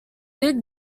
big